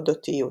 אודותיות'.